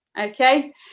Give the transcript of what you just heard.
Okay